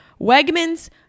Wegman's